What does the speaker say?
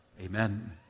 amen